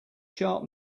sharp